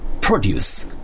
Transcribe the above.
produce